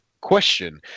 question